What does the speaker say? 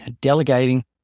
Delegating